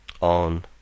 On